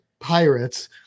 pirates